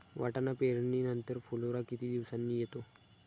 वाटाणा पेरणी नंतर फुलोरा किती दिवसांनी येतो?